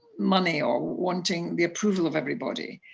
money or wanting the approval of everybody.